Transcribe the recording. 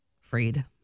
freed